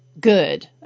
good